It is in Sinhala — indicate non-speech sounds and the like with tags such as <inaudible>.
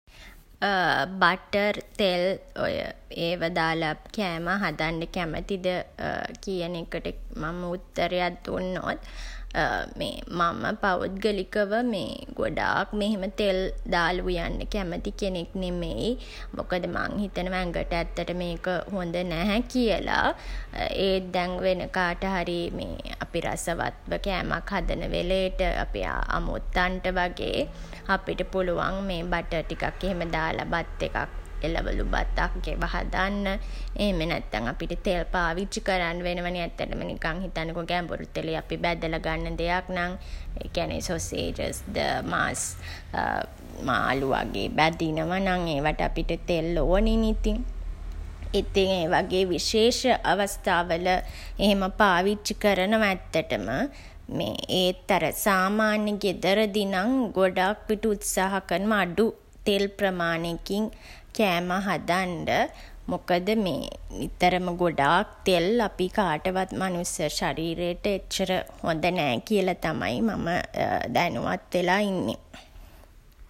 <hesitation> බටර්, තෙල් ඔය ඒවා දාලා කෑම හදන්න කැමතිද <hesitation> කියන එකට මම උත්තරයක් දුන්නොත් <hesitation> මේ මම පෞද්ගලිකව මේ <hesitation> ගොඩාක්ම එහෙම තෙල් දාලා උයන්න කැමති කෙනෙක් නෙමෙයි. මොකද මං හිතනවා ඇඟට ඇත්තටම ඒක හොඳ නැහැ කියලා. ඒත් දැන් වෙන කාට හරි මේ අපි රසවත්ව කෑමක් හදන වෙලේට අපේ අමුත්තන්ට වගේ අපිට පුළුවන් මේ බටර් ටිකක් එහෙම දාලා, බත් එකක් එළවලු බතක් ඒවා හදන්න. එහෙම නැත්තන් අපිට තෙල් පාවිච්චි කරන්න වෙනවා නේ ඇත්තටම නිකන් හිතන්නකෝ ගැඹුරු තෙලේ අපි බැදලා ගන්න දෙයක් නම් ඒ කියන්නේ සොසේජස් ද මස් <hesitation> මාළු වගේ බදිනවා නම් ඒවට අපිට තෙල් ඕනෙ නේ ඉතින්. ඉතින් ඒ වගේ විශේෂ අවස්ථාවල එහෙම පාවිච්චි කරනවා ඇත්තටම. මේ ඒත් අර සාමාන්‍යයෙන් ගෙදරදී නම් ගොඩක්විට උත්සාහ කරනවා අඩු තෙල් ප්‍රමාණෙකින් කෑම හදන්ඩ. මොකද මේ නිතරම ගොඩාක් තෙල් අපි කාටවත් මනුෂ්‍ය ශරීරයට එච්චර හොඳ නෑ කියලා තමයි මම <hesitation> දැනුවත් වෙලා ඉන්නේ.